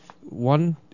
one